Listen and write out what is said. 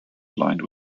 lined